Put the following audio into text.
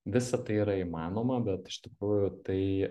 visa tai yra įmanoma bet iš tikrųjų tai